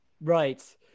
right